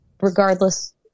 regardless